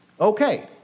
Okay